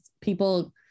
people